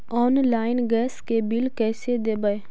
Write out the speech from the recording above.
Online gas के bill कैसे देबै?